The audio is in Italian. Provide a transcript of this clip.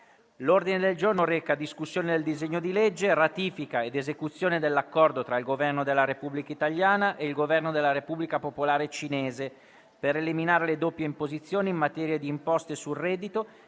nella *Gazzetta Ufficiale*. DISEGNO DI LEGGE Ratifica ed esecuzione dell'Accordo tra il Governo della Repubblica italiana e il Governo della Repubblica popolare cinese per eliminare le doppie imposizioni in materia di imposte sul reddito